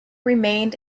remained